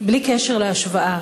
בלי קשר להשוואה,